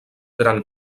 gran